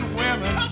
women